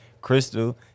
Crystal